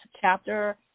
chapter